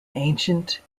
ancient